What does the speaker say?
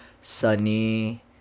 sunny